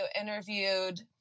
interviewed